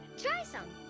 try some!